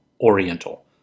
Oriental